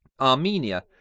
Armenia